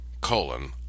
colon